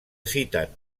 citen